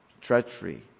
treachery